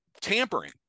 tampering